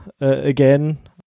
again